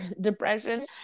depression